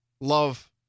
Love